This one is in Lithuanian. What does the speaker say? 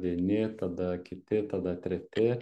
vieni tada kiti tada treti